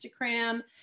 Instagram